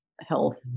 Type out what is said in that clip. health